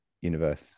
universe